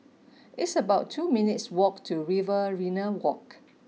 it's about two minutes' walk to Riverina Walk